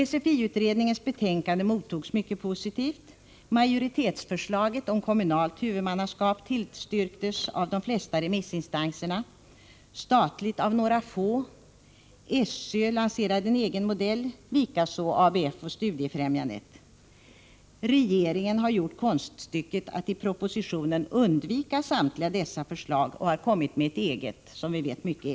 SFI-utredningens betänkande mottogs mycket positivt — majoritetsförslaget om kommunalt huvudmannaskap tillstyrktes av de flesta remissinstanserna, förslaget om statligt huvudmannaskap av några få. SÖ lanserade en egen modell, likaså ABF och Studiefrämjandet. Men regeringen har lyckats med konststycket att i propositionen undvika samtliga dessa förslag och har i stället kommit med ett eget förslag — verkligen eget, som vi vet.